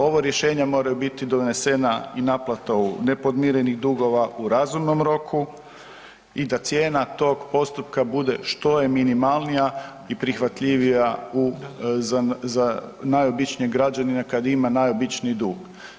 Ova rješenja moraju biti donesena i naplata podmirenih dugova u razumnom roku i da cijena tog postupka bude što je minimalnija i prihvatljivija za najobičnijeg građanina kad ima najobičniji dug.